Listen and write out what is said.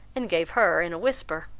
and gave her, in a whisper,